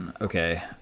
okay